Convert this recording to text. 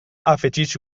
afegeix